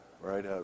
right